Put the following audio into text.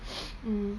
mm